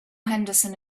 henderson